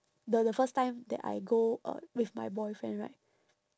the the first time that I go uh with my boyfriend right